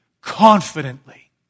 confidently